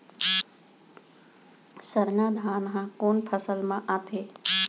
सरना धान ह कोन फसल में आथे?